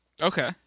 Okay